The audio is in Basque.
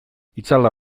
itzala